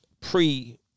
pre